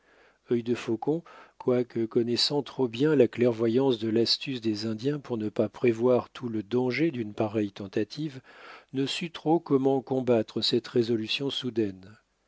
de résister œil de faucon quoique connaissant trop bien la clairvoyance de l'astuce des indiens pour ne pas prévoir tout le danger d'une pareille tentative ne sut trop comment combattre cette résolution soudaine